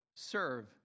Serve